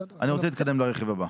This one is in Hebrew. אני רוצה להתקדם לרכיב הבא.